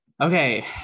Okay